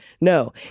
No